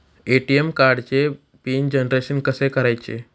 ATM कार्डचे pin generation कसे करायचे?